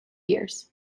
years